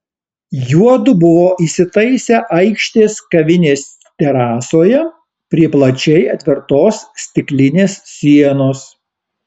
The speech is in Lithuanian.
juodu buvo įsitaisę aikštės kavinės terasoje prie plačiai atvertos stiklinės sienos